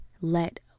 let